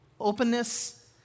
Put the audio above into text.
openness